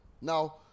Now